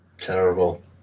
Terrible